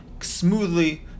smoothly